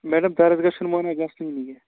madam درسگاہ چھُنہٕ مانان گژھنُے یہِ